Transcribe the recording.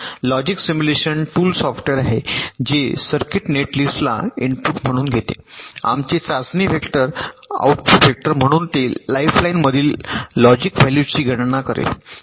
logic simulation tool software आहे जे circuit नेटलिस्टला इनपुट म्हणून घेते आणि आमचे चाचणी वेक्टर आऊटपुट म्हणून ते लाइनमधील लॉजिक व्हॅल्यूजची गणना करेल